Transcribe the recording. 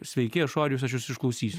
sveiki aš orijus aš jus išklausysiu